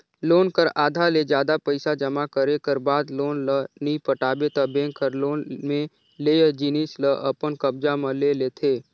loan कर आधा ले जादा पइसा जमा करे कर बाद लोन ल नी पटाबे ता बेंक हर लोन में लेय जिनिस ल अपन कब्जा म ले लेथे